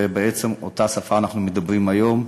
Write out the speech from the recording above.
בעצם אותה שפה שבה אנחנו מדברים היום,